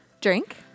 drink